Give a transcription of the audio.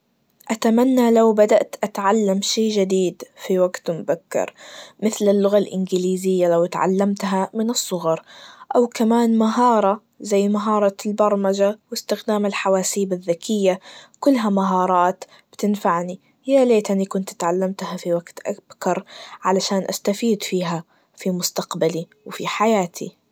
أتمنى لو بدأت أتعلم شي جديد في وقت مبكر, مثل اللغة الإنجليزية, لو اتعلمتها من الصغر, أو كمان مهارة, زي مهارة البرمجة, واستخدام الحواسيب الذكية, كله مهارات بتنفعني, يا ليتني كنت اتعلمتها في وقت أك-بكر, علشان أستفيد فيها في مستقبلي, وفي حياتي.